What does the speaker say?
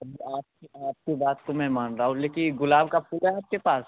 अब आपकी आपकी बात को मैं मान रहा हूँ लेकिन गुलाब का फूल है आपके पास